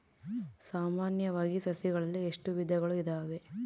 ಸಾಮಾನ್ಯವಾಗಿ ಸಸಿಗಳಲ್ಲಿ ಎಷ್ಟು ವಿಧಗಳು ಇದಾವೆ?